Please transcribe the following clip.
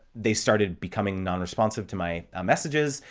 they started becoming nonresponsive to my messages.